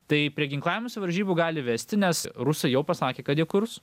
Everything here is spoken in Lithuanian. tai prie ginklavimosi varžybų gali vesti nes rusai jau pasakė kad jie kurs